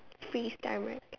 freeze time right